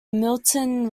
milton